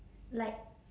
like